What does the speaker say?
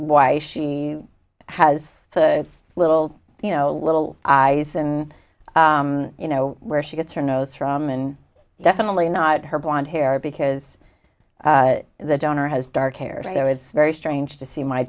why she has the little you know little eyes and you know where she gets her nose from and definitely not her blond hair because the donor has dark hair so it's very strange to see my